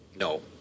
No